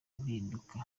impinduka